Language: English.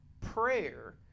prayer